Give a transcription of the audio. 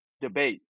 debate